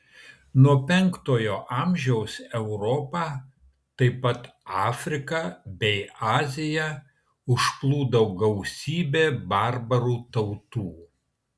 nuo penktojo amžiaus europą taip pat afriką bei aziją užplūdo gausybė barbarų tautų